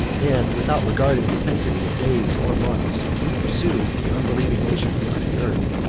and, without regarding the sanctity of days or months, to pursue the unbelieving nations of the earth.